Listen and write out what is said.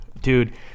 Dude